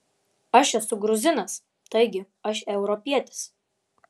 aš esu gruzinas taigi aš europietis